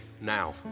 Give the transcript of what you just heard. now